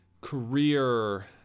career